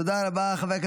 תודה רבה.